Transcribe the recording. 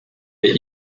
les